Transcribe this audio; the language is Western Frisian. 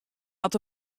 hat